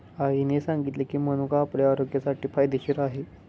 आईने सांगितले की, मनुका आपल्या आरोग्यासाठी फायदेशीर आहे